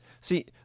See